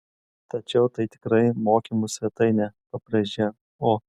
tačiau tai tikrai mokymų svetainė pabrėžė o